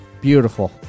beautiful